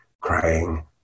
crying